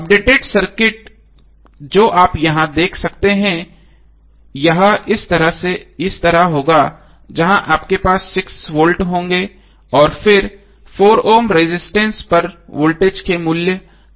updated circuit जो आप यहां देखेंगे यह इस तरह होगा जहां आपके पास 6 वोल्ट होंगे और फिर 4 ओम रेजिस्टेंस पर वोल्टेज के मूल्य का पता लगाना होगा